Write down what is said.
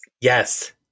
yes